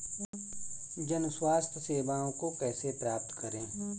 जन स्वास्थ्य सेवाओं को कैसे प्राप्त करें?